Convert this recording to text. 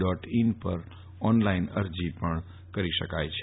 dot in પર online અરજી પણ કરી શકાય છે